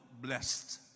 blessed